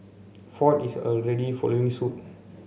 ford is already following suit